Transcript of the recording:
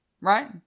right